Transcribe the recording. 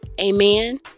Amen